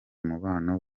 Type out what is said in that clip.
mubano